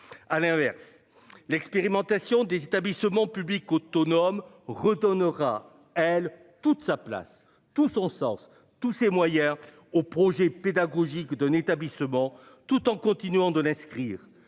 À l'inverse, l'expérimentation des établissements publics autonomes retournera elle toute sa place tout son sens, tous ces moi hier au projet pédagogique d'un établissement tout en continuant de l'inscrire